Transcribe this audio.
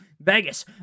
Vegas